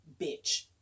bitch